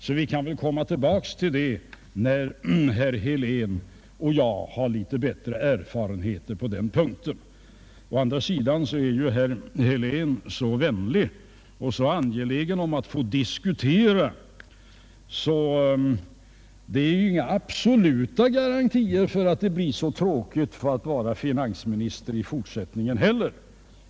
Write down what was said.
Vi kan kanske återkomma till den frågan när herr Helén och jag har litet bättre erfarenheter på denna punkt. Å andra sidan är herr Helén så vänlig och angelägen om att få diskutera att det inte finns några absoluta garantier för att det blir särskilt tråkigt att vara finansminister i fortsättningen heller.